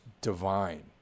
Divine